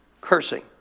cursing